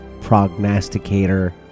prognosticator